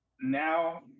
now